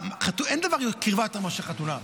אין קרבה יותר מאשר חתונה.